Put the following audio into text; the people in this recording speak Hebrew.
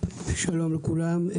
שלום לכולם,